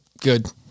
good